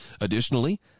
Additionally